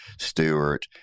Stewart